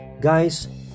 Guys